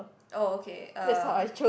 oh okay uh